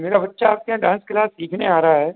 मेरा बच्चा आपके यहाँ डांस क्लास सीखने आ रहा है